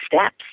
steps